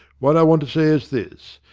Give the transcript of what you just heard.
what i want to say is this.